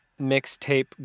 mixtape